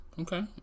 Okay